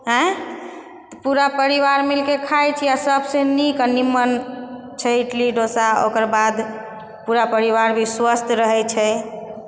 आँय पूरा परिवार मिलिके खाए छी आ सबसँ नीक निमन छै इडली डोसा ओकरबाद पूरा परिवार भी स्वस्थ रहै छै